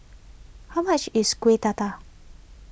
how much is Kueh Dadar